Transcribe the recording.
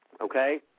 okay